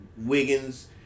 Wiggins